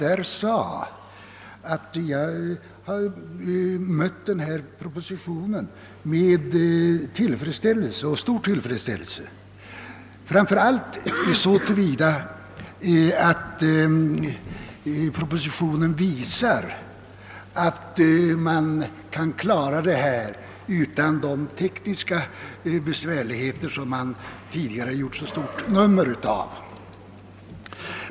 Jag sade att jag hade mött denna proposition med stor tillfredsställelse, framför allt därför att den visar att det går att klara hithörande frågor utan de tekniska besvärligheter som det tidigare har gjorts så stort nummer av.